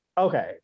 Okay